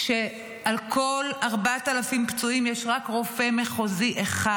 כשעל כל 4,000 פצועים יש רק רופא מחוזי אחד,